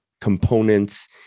components